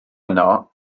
yno